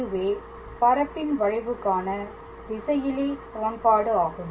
இதுவே பரப்பின் வளைவுக்கான திசையிலி சமன்பாடு ஆகும்